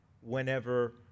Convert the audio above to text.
whenever